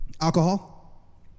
Alcohol